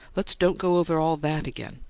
let's don't go over all that again.